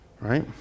right